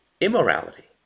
immorality